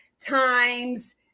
times